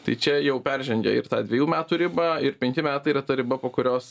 tai čia jau peržengė ir tą dviejų metų ribą ir penki metai yra ta riba po kurios